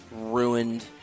ruined